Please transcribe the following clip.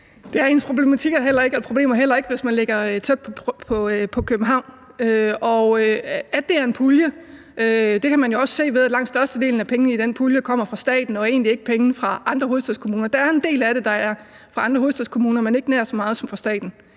Det er ens problemer heller ikke, hvis man ligger tæt på København. At det er en pulje, kan man jo også se ved, at langt størstedelen af pengene i den pulje kommer fra staten og egentlig ikke er penge fra andre hovedstadskommuner. Der er en del af den, der er fra andre hovedstadskommuner, men ikke nær så meget som fra staten.